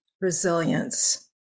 resilience